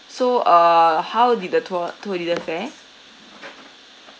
so err how did the tour tour leader there